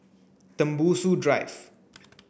Tembusu Drive